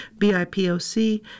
BIPOC